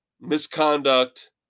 misconduct